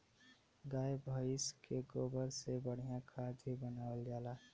गाय भइस के गोबर से बढ़िया खाद भी बनावल जाला